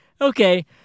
okay